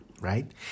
right